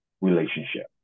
relationship